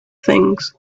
things